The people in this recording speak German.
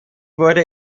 wurde